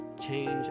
change